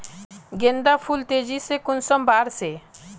गेंदा फुल तेजी से कुंसम बार से?